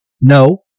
No